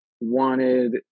wanted